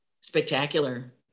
spectacular